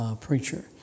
preacher